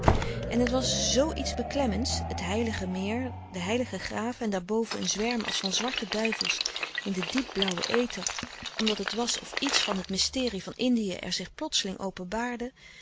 en het was zoo iets beklemmends het heilige meer de heilige graven en daarboven een zwerm als van zwarte duivels in den diepen blauwen ether omdat het was of iets van het mysterie van indië er zich plotseling openbaarde